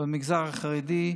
במגזר החרדי,